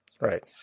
Right